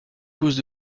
causes